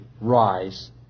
rise